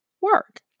work